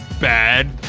Bad